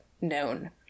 known